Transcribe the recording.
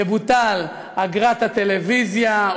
תבוטל אגרת הטלוויזיה,